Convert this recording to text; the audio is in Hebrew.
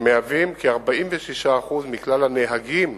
הם מהווים 46% מכלל הנהגים